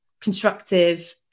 constructive